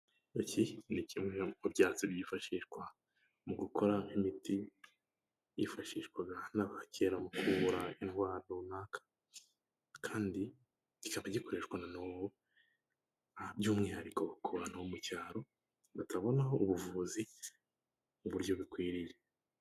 Iki ni kimwe mu byatsi byifashishwa mu gukora imiti, hifashishwaga n'aba kera mu kubura ingwara runaka, kandi kikaba gikoreshwa na n'ubu, by'umwihariko ku bantu bo mu cyaro. batabonaho ubuvuzi mu buryo bukwiriye.